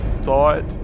thought